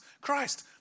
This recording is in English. Christ